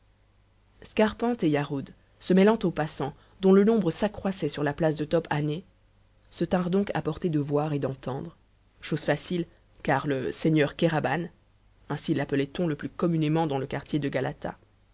et yarhud se mêlant aux passants dont le nombre s'accroissait sur la place de top hané se tinrent donc à portée de voir et d'entendre chose facile car le seigneur kéraban ainsi lappelait on le plus communément dans le quartier de galata